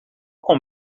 com